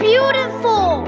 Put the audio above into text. Beautiful